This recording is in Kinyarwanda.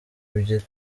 ebyiri